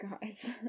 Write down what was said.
guys